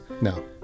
No